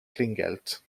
klingelt